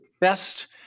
best